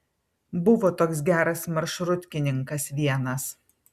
buvo toks geras maršrutkininkas vienas